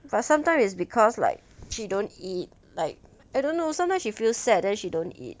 but sometime is because like she don't eat like I don't know sometimes she feel sad as she don't eat